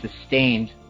sustained